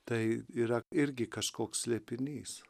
tai yra irgi kažkoks slėpinys